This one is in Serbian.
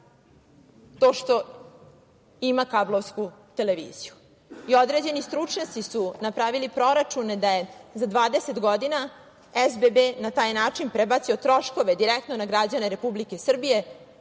to što ima kablovsku televiziju. Određeni stručnjaci su napravili proračune da je za 20 godina SBB na taj način prebacio troškove direktno na građane Republike Srbije